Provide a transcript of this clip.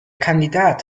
kandidat